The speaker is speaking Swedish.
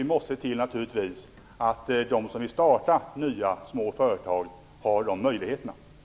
Vi måste naturligtvis också se till att de som vill starta nya små företag får möjlighet till det.